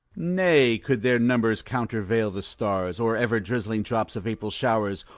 nay, could their numbers countervail the stars, or ever-drizzling drops of april showers,